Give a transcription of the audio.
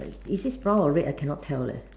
eh is this brown or red I cannot tell leh